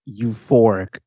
euphoric